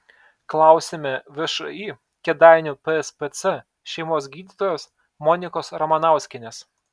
klausiame všį kėdainių pspc šeimos gydytojos monikos ramanauskienės